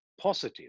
positive